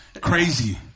crazy